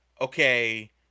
okay